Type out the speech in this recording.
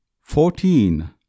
Fourteen